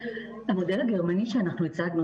קיבלנו פניות ממאות תעשיינים.